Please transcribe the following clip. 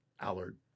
Allard